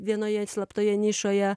vienoje slaptoje nišoje